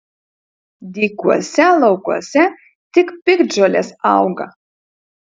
dykuose laukuose tik piktžolės auga